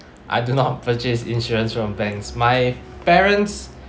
I do not purchase insurance from banks my parents